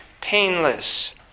painless